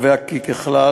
קובע כי ככלל,